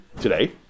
today